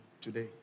today